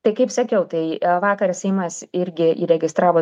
tai kaip sakiau tai vakar seimas irgi įregistravo